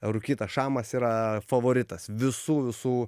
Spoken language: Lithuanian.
rūkytas šamas yra favoritas visų visų